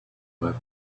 have